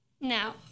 Now